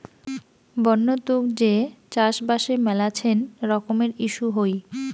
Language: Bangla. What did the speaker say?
বন্য তুক যে চাষবাসে মেলাছেন রকমের ইস্যু হই